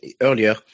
earlier